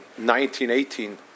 1918